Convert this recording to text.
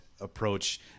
approach